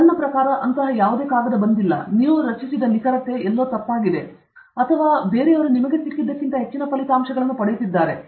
ನನ್ನ ಪ್ರಕಾರ ಯಾವುದೇ ಕಾಗದವು ಬಂದಿಲ್ಲ ನೀವು ರಚಿಸಿದ ನಿಖರತೆ ಯಾವುದೇ ತಪ್ಪಾಗಿದೆ ಮತ್ತು ಅವರು ನಿಮಗೆ ಸಿಕ್ಕಿದ್ದಕ್ಕಿಂತ ಹೆಚ್ಚಿನ ಫಲಿತಾಂಶಗಳನ್ನು ಪಡೆಯುತ್ತಿದ್ದಾರೆ